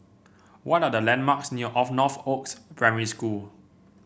what are the landmarks near Northoaks Primary School